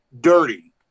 dirty